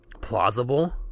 plausible